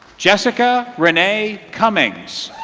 jessica renee cummings.